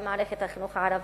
למערכת החינוך הערבית.